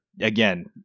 again